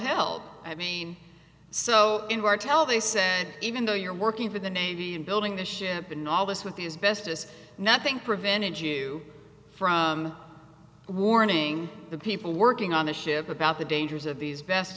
hell i mean so in our tell they said even though you're working for the navy in building the ship in all this with these bestest nothing prevented you from warning the people working on the ship about the dangers of these vest